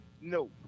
No